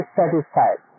satisfied